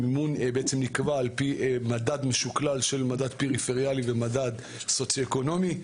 המימון נקבע על פי מדד משוקלל של מדד פריפריאלי ומדד סוציו-אקונומי.